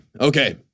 Okay